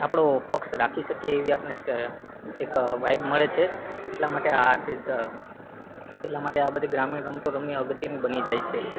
આપણો પક્ષ રાખી શકીએ એવી આપણે એક વાઈબ મળે છે એટલા માટે આરથી જ એટલા માટે આ બધી ગ્રામીણ રમતો રમવી અગત્યની બની જાય છે